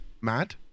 Mad